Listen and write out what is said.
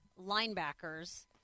linebackers